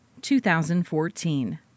2014